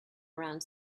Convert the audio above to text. around